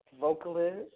vocalist